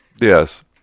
Yes